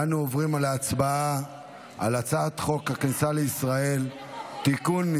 אנו עוברים להצבעה על הצעת חוק הכניסה לישראל (תיקון,